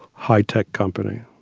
high-tech company.